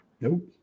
Nope